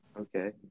okay